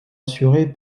assurée